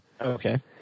okay